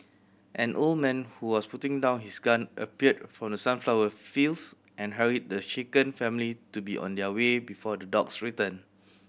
an old man who was putting down his gun appeared from the sunflower fields and hurried the shaken family to be on their way before the dogs return